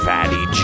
Fatty